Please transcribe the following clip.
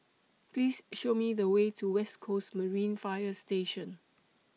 Please Show Me The Way to West Coast Marine Fire Station